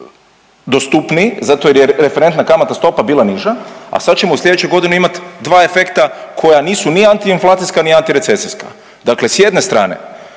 dostupniji zato jer je referentna kamatna stopa bila niža, a sada ćemo u sljedećoj godini imati dva efekta koja nisu ni antiinflacijska, ni antirecesijska. Dakle, s jedne strane